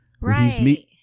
Right